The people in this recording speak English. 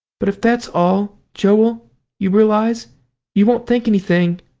but if that's all joel you realize you won't think anything.